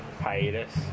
Hiatus